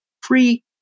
free